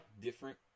different